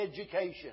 education